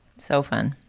so fun.